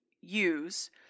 use